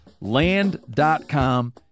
Land.com